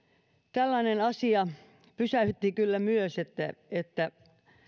tällainen asia pysäytti kyllä myös että että